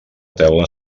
teula